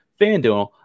FanDuel